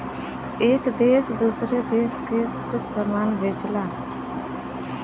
एक देस दूसरे देस के कुछ समान बेचला